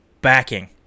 backing